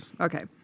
Okay